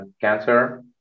cancer